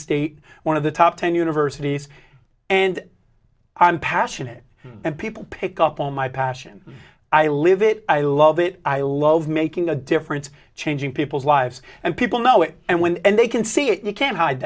state one of the top ten universities and i'm passionate and people pick up on my passion i live it i love it i love making a difference changing people's lives and people know it and when and they can see it you can't hide